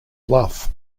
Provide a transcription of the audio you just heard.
bluff